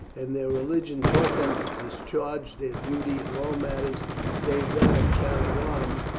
and their religion taught them to discharge their duty in all matters save that of carrying arms,